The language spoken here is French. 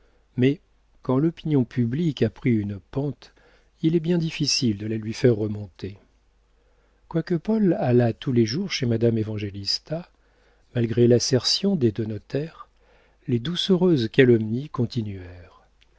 mais quand l'opinion publique a pris une pente il est bien difficile de la lui faire remonter quoique paul allât tous les jours chez madame évangélista malgré l'assertion des deux notaires les doucereuses calomnies